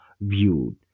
viewed